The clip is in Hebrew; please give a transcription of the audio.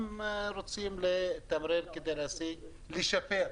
אני מנסה לדבר על הצעת החוק הספציפית,